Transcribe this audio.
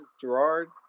Gerard